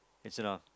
it's in a